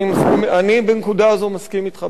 אני בנקודה הזו מסכים אתך,